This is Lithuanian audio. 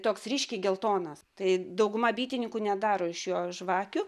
toks ryškiai geltonas tai dauguma bitininkų nedaro iš jo žvakių